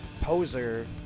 poser